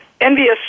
envious